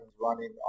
running